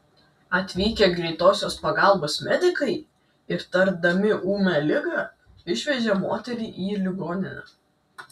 atvykę greitosios pagalbos medikai įtardami ūmią ligą išvežė moterį į ligoninę